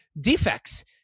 Defects